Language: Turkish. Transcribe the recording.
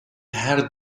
her